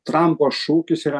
trampo šūkis yra